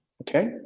Okay